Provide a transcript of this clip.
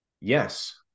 Yes